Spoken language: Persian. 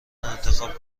انتخاب